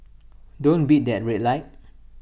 don't beat that red light